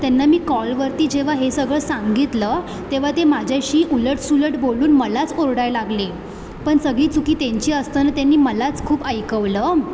मी त्यांना कॉलवरती जेव्हा हे सगळं सांगितलं तेव्हा ते माझ्याशी उलटसुलट बोलून मलाच ओरडायला लागले पण सगळी चूक त्यांची असताना त्यानी मलाच खूप ऐकवलं